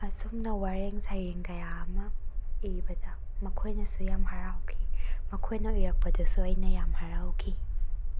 ꯑꯁꯨꯝꯅ ꯋꯥꯔꯦꯡ ꯁꯩꯔꯦꯡ ꯀꯌꯥ ꯑꯃ ꯏꯕꯗ ꯃꯈꯣꯏꯅꯁꯨ ꯌꯥꯝ ꯍꯔꯥꯎꯈꯤ ꯃꯈꯣꯏꯅ ꯏꯔꯛꯄꯗꯁꯨ ꯑꯩꯅ ꯌꯥꯝ ꯍꯔꯥꯎꯈꯤ